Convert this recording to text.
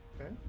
Okay